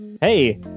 Hey